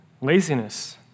laziness